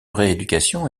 rééducation